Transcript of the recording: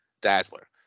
Dazzler